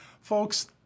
folks